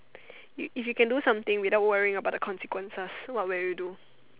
if if you can do something without worrying about the consequences what will you do